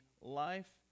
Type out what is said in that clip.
life